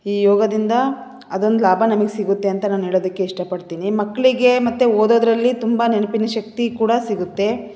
ಈ ಯೋಗದಿಂದ ಅದೊಂದು ಲಾಭ ನಮಗೆ ಸಿಗುತ್ತೆ ಅಂತ ನಾನೇಳೋದಕ್ಕೆ ಇಷ್ಟಪಡ್ತಿನಿ ಮಕ್ಕಳಿಗೆ ಮತ್ತು ಓದೋದರಲ್ಲಿ ತುಂಬ ನೆನಪಿನ ಶಕ್ತಿ ಕೂಡ ಸಿಗುತ್ತೆ